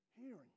hearing